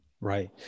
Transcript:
Right